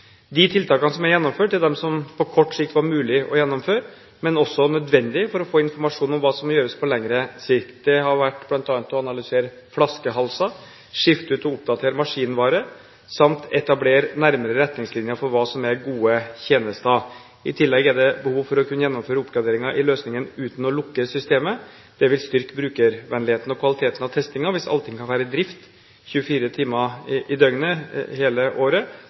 De tiltakene som er gjennomført, er de som på kort sikt var mulig å gjennomføre, men også nødvendige for å få informasjon om hva som må gjøres på lengre sikt. Det har vært bl.a. å analysere flaskehalser, skifte ut og oppdatere maskinvare samt etablere nærmere retningslinjer for hva som er gode tjenester. I tillegg er det behov for å kunne gjennomføre oppgraderinger i løsningen uten å lukke systemet. Det vil styrke brukervennligheten og kvaliteten av testinger hvis Altinn kan være i drift 24 timer i døgnet hele året,